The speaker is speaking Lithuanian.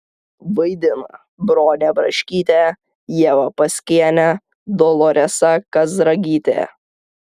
vaidina bronė braškytė ieva paskienė doloresa kazragytė